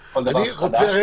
אז כל דבר זה חדש.